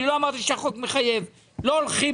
אני לא אמרתי שהחוק מחייב; לא אומרים